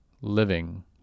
living